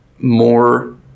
more